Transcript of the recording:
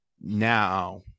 now